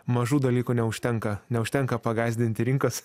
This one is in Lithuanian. mažų dalykų neužtenka neužtenka pagąsdinti rinkas